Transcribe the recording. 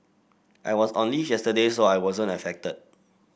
I was on leave yesterday so I wasn't affected